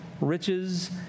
riches